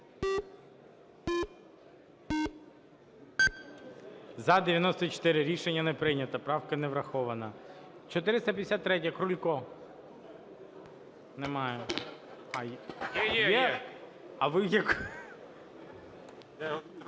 За-94 Рішення не прийнято. Правка не врахована. 453-я, Крулько. Немає. Є.